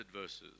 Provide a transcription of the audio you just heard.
verses